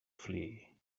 flee